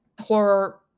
horror